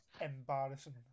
embarrassing